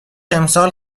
امسال